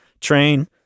train